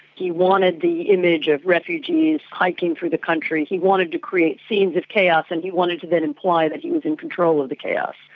he wanted the image of refugees hiking through the country, he wanted to create scenes of chaos, and he wanted to then imply that he was in control of the chaos.